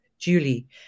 julie